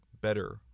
better